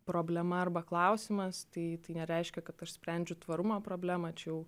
problema arba klausimas tai tai nereiškia kad aš sprendžiu tvarumo problemą čia jau